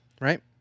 Right